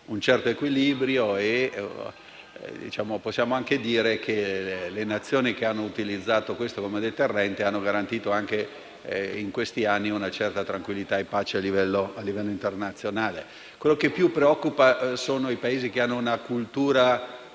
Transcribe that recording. un certo equilibrio. Possiamo perciò dire che le Nazioni che lo hanno utilizzato come deterrente hanno garantito una certa tranquillità e pace a livello internazionale. Quello che più preoccupa sono i Paesi che hanno una cultura